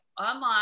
online